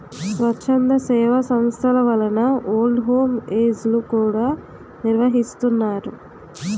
స్వచ్ఛంద సేవా సంస్థల వలన ఓల్డ్ హోమ్ ఏజ్ లు కూడా నిర్వహిస్తున్నారు